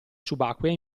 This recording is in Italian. subacquea